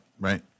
right